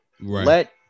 Let